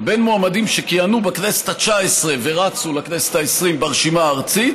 בין מועמדים שכיהנו בכנסת ה-19 ורצו לכנסת ה-20 ברשימה הארצית